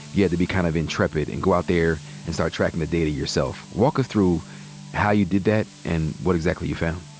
you had to be kind of intrepid, and go out there and start tracking the data yourself. walk us through how you did that, and what exactly you found.